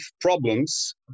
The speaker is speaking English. problems